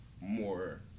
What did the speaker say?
more